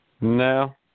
No